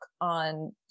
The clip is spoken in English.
on